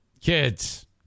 kids